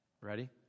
Ready